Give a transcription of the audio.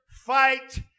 fight